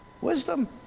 Wisdom